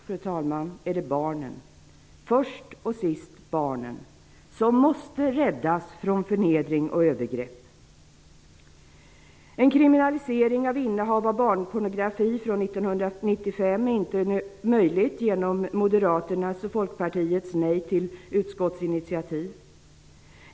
För mig är det barnen, först och sist barnen, som måste räddas från förnedring och övergrepp. En kriminalisering av innehav av barnpornografi från 1995 är inte möjlig genom Moderaternas och Folkpartiets nej till utskottsinitiativ.